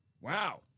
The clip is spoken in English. Wow